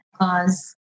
cause